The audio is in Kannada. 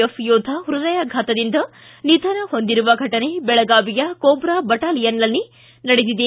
ಎಫ್ ಯೋಧ ಹೃದಯಾಘಾತದಿಂದ ನಿಧನ ಹೊಂದಿರುವ ಘಟನೆ ಬೆಳಗಾವಿಯ ಕೋಬ್ರಾ ಬಟಾಲಿಯನ್ನಲ್ಲಿ ನಡೆದಿದೆ